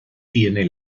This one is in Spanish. tiene